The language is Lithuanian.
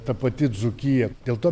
ta pati dzūkija dėl to